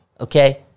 okay